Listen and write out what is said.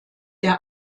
der